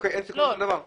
אז אין סיכום על שום דבר.